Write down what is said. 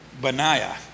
Benaiah